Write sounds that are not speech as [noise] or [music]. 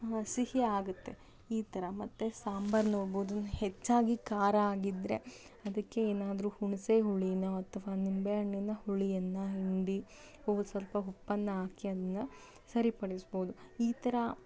ಸಿಹಿ ಆಗುತ್ತೆ ಈ ಥರ ಮತ್ತು ಸಾಂಬಾರು ನೋಡ್ಬೋದು ಹೆಚ್ಚಾಗಿ ಖಾರ ಆಗಿದ್ದರೆ ಅದಕ್ಕೆ ಏನಾದ್ರೂ ಹುಣಿಸೆ ಹುಳಿನೋ ಅಥವಾ ನಿಂಬೆ ಹಣ್ಣಿನ ಹುಳಿಯನ್ನು ಹಿಂಡಿ [unintelligible] ಸ್ವಲ್ಪ ಉಪ್ಪನ್ನ ಹಾಕಿ ಅದನ್ನು ಸರಿಪಡಿಸ್ಬೋದು ಈ ಥರ